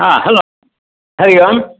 हा हलो हरिः ओम्